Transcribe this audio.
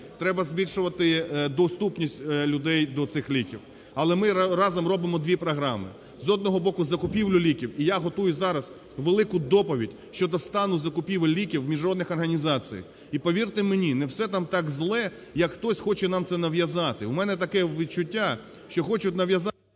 треба збільшувати доступність людей до цих ліків. Але ми разом робимо дві програми, з одного боку закупівлю ліків і я готую зараз велику доповідь щодо стану закупівель ліків у міжнародних організаціях, і, повірте мені, не все там так зле, як хтось хоче нам це нав'язати. В мене таке відчуття, що хочуть нав'язати…